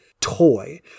toy